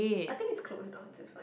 I think it's close now so it's fine